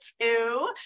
two